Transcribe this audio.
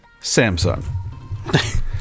Samsung